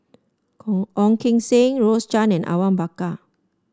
Ong Keng Sen Rose Chan and Awang Bakar